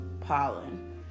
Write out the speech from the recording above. pollen